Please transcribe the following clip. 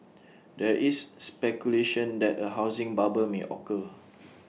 there is speculation that A housing bubble may occur